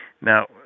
Now